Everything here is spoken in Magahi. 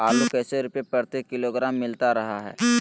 आलू कैसे रुपए प्रति किलोग्राम मिलता रहा है?